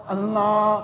Allah